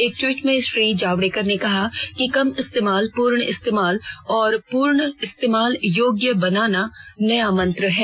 एक ट्वीट में श्री जावड़ेकर ने कहा कि कम इस्तेमाल पूर्ण इस्तेमाल और पूर्ण इस्तेमाल योग्य बनाना नया मंत्र है